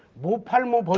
mo palmo.